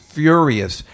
furious